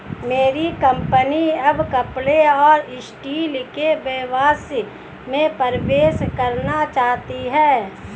मेरी कंपनी अब कपड़े और स्टील के व्यवसाय में प्रवेश करना चाहती है